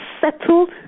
settled